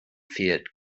fehlt